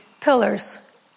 pillars